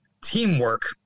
teamwork